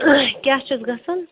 کیٛاہ چھُس گَژھان